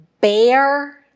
bear